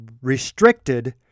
restricted